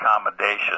accommodation